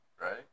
Right